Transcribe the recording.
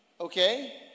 okay